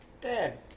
Dad